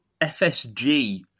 FSG